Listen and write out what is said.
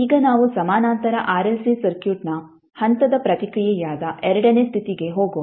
ಈಗ ನಾವು ಸಮಾನಾಂತರ ಆರ್ಎಲ್ಸಿ ಸರ್ಕ್ಯೂಟ್ನ ಹಂತದ ಪ್ರತಿಕ್ರಿಯೆಯಾದ ಎರಡನೇ ಸ್ಥಿತಿಗೆ ಹೋಗೋಣ